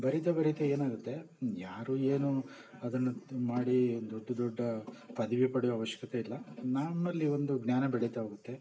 ಬರಿತಾ ಬರಿತಾ ಏನಾಗುತ್ತೆ ಯಾರೂ ಏನು ಅದನ್ನು ಮಾಡಿ ದೊಡ್ಡ ದೊಡ್ಡ ಪದವಿ ಪಡೆಯೋ ಅವಶ್ಯಕತೆ ಇಲ್ಲ ನನ್ನಲ್ಲಿ ಒಂದು ಜ್ಞಾನ ಬೆಳಿತಾ ಹೋಗುತ್ತೆ